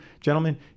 gentlemen